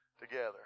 together